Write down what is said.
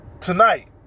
Tonight